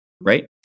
right